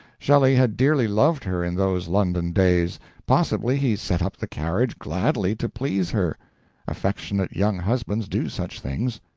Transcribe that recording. shelley had dearly loved her in those london days possibly he set up the carriage gladly to please her affectionate young husbands do such things.